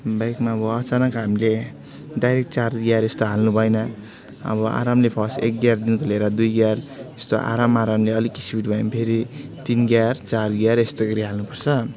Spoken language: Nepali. बाइकमा अब अचानक हामीले डाइरेक्ट चार गियर यस्तो हाल्नु भएन अब आरामले फर्स्ट एक गियरदेखिन्को लिएर दुई गियर यस्तो आराम आरामले अलिक स्पिड भयो भने फेरि तिन गियर चार गियर यस्तै गरी हाल्नु पर्छ